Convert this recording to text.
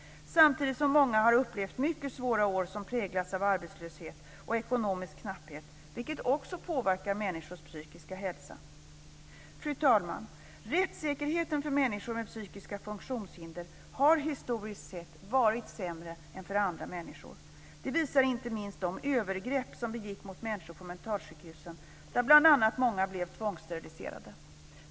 Samtidigt som många har upplevt mycket svåra år som präglats av arbetslöshet och ekonomisk knapphet, vilket också påverkar människors psykiska hälsa. Fru talman! Rättssäkerheten för människor med psykiska funktionshinder har historiskt sett varit sämre än för andra människor. Det visar inte minst de övergrepp som begicks mot människor på mentalsjukhusen där bl.a. många blev tvångssteriliserade.